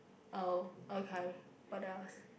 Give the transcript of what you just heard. oh okay what else